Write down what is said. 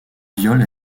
viol